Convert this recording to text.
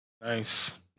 Nice